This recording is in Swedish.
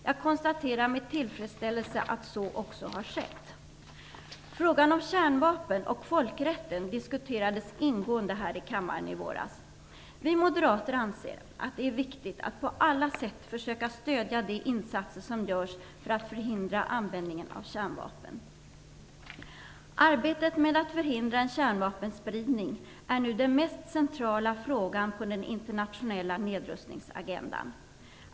Jag konstaterar med tillfredsställelse att så också har skett. Frågan om kärnvapen och folkrätten diskuterades ingående här i kammaren i våras. Vi moderater anser att det är viktigt att på alla sätt försöka stödja de insatser som görs för att förhindra användningen av kärnvapen. Arbetet med att förhindra en kärnvapenspridning är nu den mest centrala frågan på den internationella nedrustningsagendan.